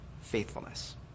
faithfulness